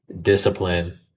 discipline